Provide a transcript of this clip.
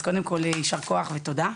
אז קודם כל יישר כוח ותודה.